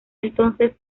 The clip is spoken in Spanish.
entonces